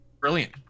brilliant